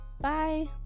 Bye